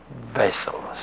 vessels